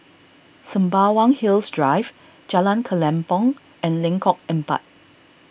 Sembawang Hills Drive Jalan Kelempong and Lengkok Empat